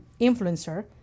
influencer